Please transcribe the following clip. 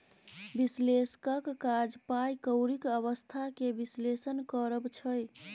बिश्लेषकक काज पाइ कौरीक अबस्था केँ बिश्लेषण करब छै